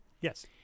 Yes